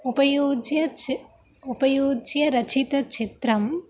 उपयुज्य चि उपयुज्य रचितं चित्रम्